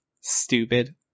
stupid